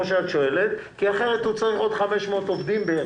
שאת שואלת כי אחרת הוא צריך עוד בערך 500 עובדים.